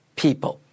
people